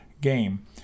game